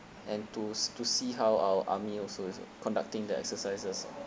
and to s~ to see how our army also is conducting the exercises